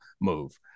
move